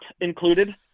included